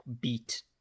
beat